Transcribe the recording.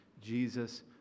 Jesus